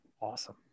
Awesome